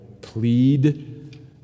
plead